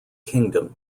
kingdom